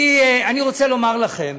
אני רוצה לומר לכם: